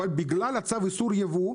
אבל בגלל צו איסור היבוא,